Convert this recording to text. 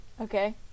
Okay